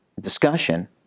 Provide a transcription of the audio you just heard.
discussion